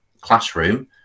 classroom